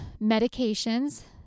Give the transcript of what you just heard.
medications